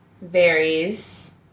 varies